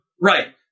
Right